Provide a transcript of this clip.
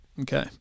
Okay